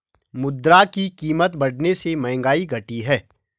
मुद्रा की कीमत बढ़ने से महंगाई घटी है